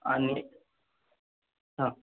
आणि हां